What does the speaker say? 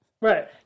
Right